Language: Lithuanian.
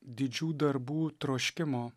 didžių darbų troškimo